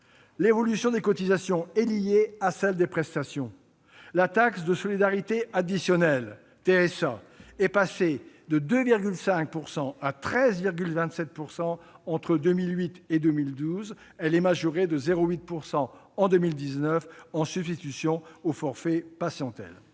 L'évolution des cotisations est liée à celle des prestations. Le taux de la taxe de solidarité additionnelle, ou TSA, a été porté de 2,5 % à 13,27 % entre 2008 et 2012, et il est majoré de 0,8 % en 2019 en substitution au forfait patientèle.